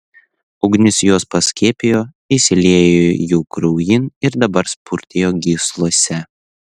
ugnis juos paskiepijo įsiliejo jų kraujin ir dabar spurdėjo gyslose